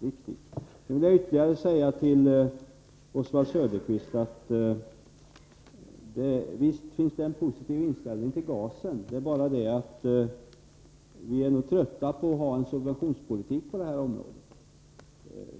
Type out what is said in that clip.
Jag vill sedan ytterligare säga till Oswald Söderqvist: Visst finns det en positiv inställning till gasen. Det är bara det att vi är trötta på att ha en subventionspolitik på det här området.